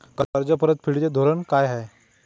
कर्ज परतफेडीचे धोरण काय आहे?